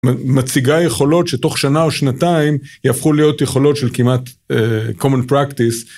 מציגה יכולות שתוך שנה או שנתיים יהפכו להיות יכולות של כמעט common practice.